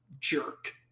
jerk